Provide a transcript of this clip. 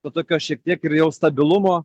to tokio šiek tiek ir jau stabilumo